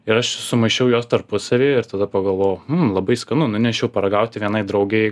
ir aš sumaišiau juos tarpusavy ir tada pagalvojau hm labai skanu nunešiau paragauti vienai draugei